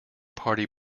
party